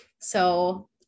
So-